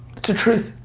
it's the truth,